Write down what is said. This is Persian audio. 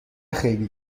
خیلی